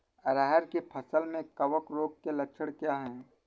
अरहर की फसल में कवक रोग के लक्षण क्या है?